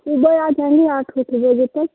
सुबह आ जाएँगे आठ आठ बजे तक